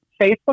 Facebook